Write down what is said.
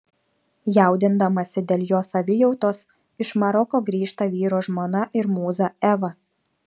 jaudindamasi dėl jo savijautos iš maroko grįžta vyro žmona ir mūza eva